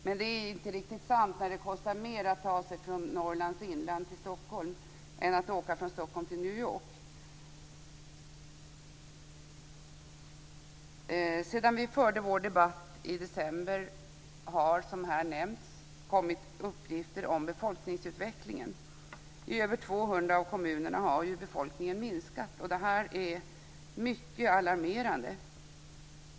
Men så är det inte riktigt när det kostar mer att ta sig från Norrlands inland till Stockholm än att åka från Stockholm till New York. Sedan vi förde vår debatt i december har det, som här har nämnts, kommit uppgifter om befolkningsutvecklingen. I över 200 av kommunerna har ju befolkningen minskat, och det är mycket alarmerande.